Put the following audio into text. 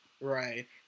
Right